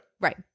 Right